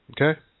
Okay